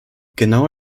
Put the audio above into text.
genau